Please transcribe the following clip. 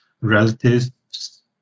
relatives